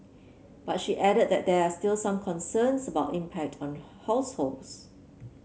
but she added that there are still some concerns about impact on households